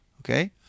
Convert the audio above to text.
okay